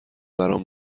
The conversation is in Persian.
برام